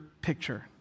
picture